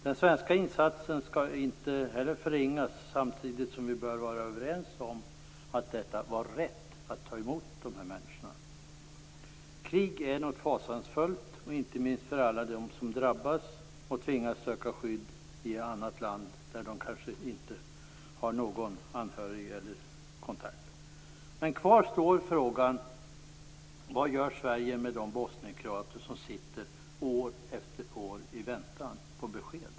Den svenska insatsen skall inte heller förringas, samtidigt som vi bör vara överens om att det var rätt att ta emot de här människorna. Krig är något fasansfullt, inte minst för alla dem som drabbas och tvingas söka skydd i annat land där de kanske inte har någon anhörig eller kontakt. Men kvar står frågan: Vad gör Sverige med de bosnienkroater som år efter år väntar på besked?